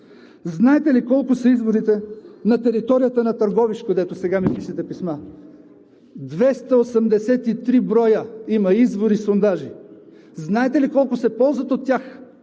Знаете ли колко са изворите на територията на Търговищко, дето сега ми пишете писма? Двеста осемдесет и три броя има извори, сондажи. Знаете ли колко се ползват от тях?